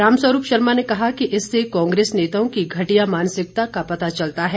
रामस्वरूप शर्मा ने कहा कि इससे कांग्रेस नेताओं की घटिया मानसिकता का पता चलता है